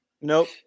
Nope